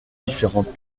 différentes